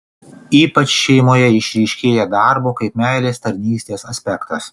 ypač šeimoje išryškėja darbo kaip meilės tarnystės aspektas